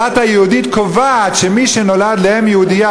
הדת היהודית קובעת שמי שנולד לאם יהודייה